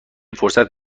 فرصت